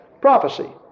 prophecy